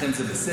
לכם זה בסדר,